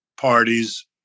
parties